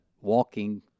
walking